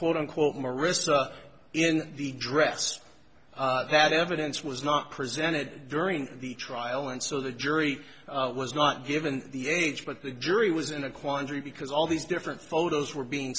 quote unquote mariska in the dress that evidence was not presented during the trial and so the jury was not given the age but the jury was in a quandary because all these different photos were being